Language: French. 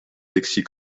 alexis